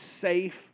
safe